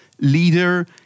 leader